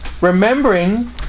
Remembering